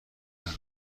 دارم